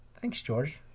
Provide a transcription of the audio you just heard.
thanks george.